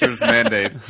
mandate